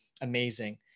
amazing